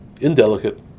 indelicate